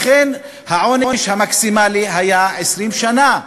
לכן העונש המקסימלי היה 20 שנה.